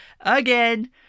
again